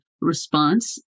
response